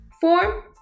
form